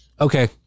okay